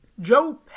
Joe